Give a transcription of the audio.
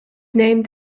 named